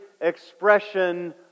expression